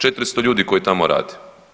400 ljudi koji tamo rade.